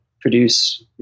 produce